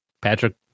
Patrick